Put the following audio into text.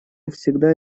всегда